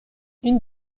این